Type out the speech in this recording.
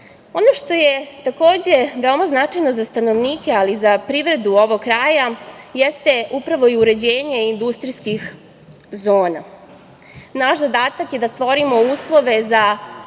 što je takođe, veoma značajno za stanovnike, ali i za privredu ovog kraja jeste upravo i uređenje industrijskih zona. Naš zadatak je da stvorimo uslove za